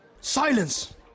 Silence